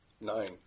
Nine